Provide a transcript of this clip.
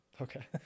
Okay